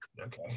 Okay